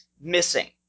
missing